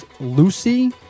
Lucy